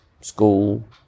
school